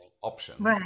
options